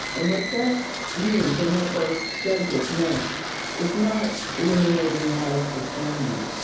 and what that means and what those judges meant is not eliminating wise discernment.